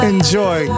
Enjoy